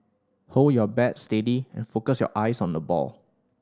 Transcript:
hold your bat steady and focus your eyes on the ball